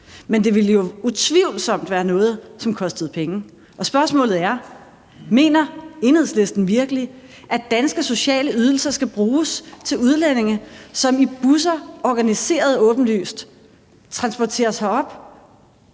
Men det ville jo utvivlsomt være noget, som kostede penge. Spørgsmålet er, om Enhedslisten virkelig mener, at danske sociale ydelser skal bruges til udlændinge, som i busser og åbenlyst organiseret transporteres herop,